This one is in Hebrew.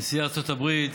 נשיא ארצות הברית